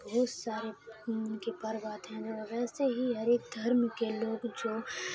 بہت سارے ان کے پرو آتے ہیں اور ویسے ہی ہر ایک دھرم کے لوگ جو